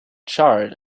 charred